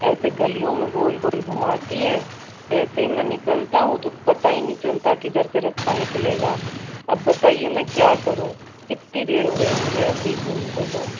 ऐसे गलियों में गोल गोल घूमाती है जैसे ही मैं निकलता हूँ तो पता ही नहीं चलता है किधर से रास्ता निकलेगा अब बताइए मैं क्या करूँ कितनी देर हो गयी है मुझे ऐसे घूमते गो